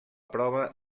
prova